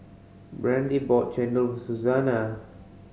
Brandie bought chendol Suzanna